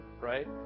right